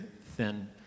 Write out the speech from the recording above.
thin